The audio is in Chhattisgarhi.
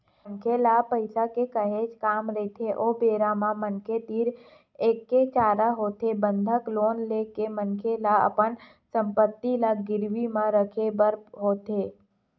मनखे ल पइसा के काहेच काम रहिथे ओ बेरा म मनखे तीर एके चारा होथे बंधक लोन ले के मनखे ल अपन संपत्ति ल गिरवी म रखे बर होथे